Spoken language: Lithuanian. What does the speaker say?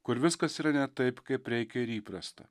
kur viskas yra ne taip kaip reikia ir įprasta